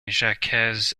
jacques